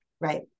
Right